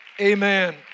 Amen